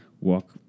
walk